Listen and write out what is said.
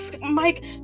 Mike